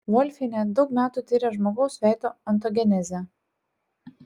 volfienė daug metų tiria žmogaus veido ontogenezę